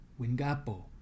Wingapo